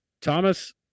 Thomas